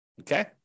okay